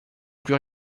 plus